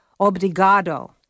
obrigado